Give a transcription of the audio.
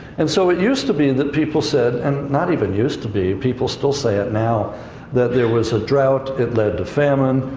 and so it used to be that people said and not even used to be people still say it now that there was a drought, it led to famine,